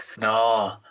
No